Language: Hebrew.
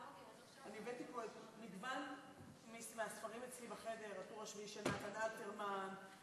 אני הבאתי פה מגוון מהספרים אצלי בחדר: "הטור השביעי" של נתן אלתרמן,